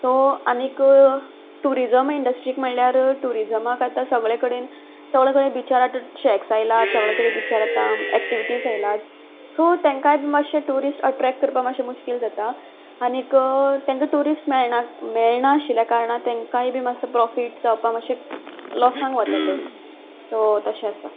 so आनी tourism इंडस्ट्रीक म्हणल्यार टुरीजमाक आतां सगळ्या कडेन सगळे कडेन बिचार आतां शॅक्स आयल्यात सगळे कडेन बीचार आतां एक्टिवीटीज आयल्यात सो तांकांय बी मातशें टुरीस्ट अट्रेक्ट करपाक मातशें मुश्कील जाता आनी तांकां टुरीस्ट मेळनात मेळना आशिल्ल्या कारणांत तांकांय बी मातसो प्रोफीट जावपाक मात्शें लॉसांत वतात ते सो तशें आसा